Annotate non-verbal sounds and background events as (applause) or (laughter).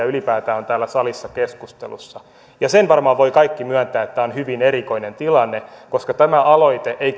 (unintelligible) ylipäätään on täällä salissa keskustelussa ja sen varmaan voivat kaikki myöntää että tämä on hyvin erikoinen tilanne koska tämä aloite ei (unintelligible)